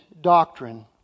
doctrine